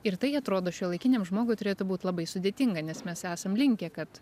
ir tai atrodo šiuolaikiniam žmogui turėtų būt labai sudėtinga nes mes esam linkę kad